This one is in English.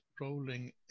rolling